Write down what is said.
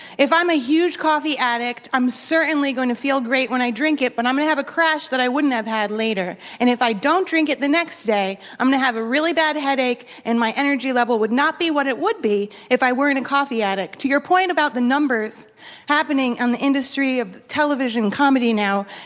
if i'm a huge coffee addict, i'm certainly going to feel great when i drink it, but i'm going to have a crash that i wouldn't have had later. and if i don't drink it the next day, i'm going to have a really bad headache, and my energy level would not be what it would be if i weren't a coffee addict. to your point about the numbers happening on the industry of television comedy now,